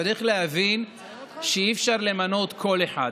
צריך להבין שאי-אפשר למנות כל אחד.